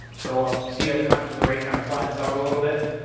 go up, see ah kind of the right kind of flattens out a little bit?